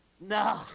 No